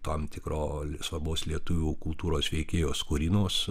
tam tikro svarbos lietuvių kultūros veikėjo skorinos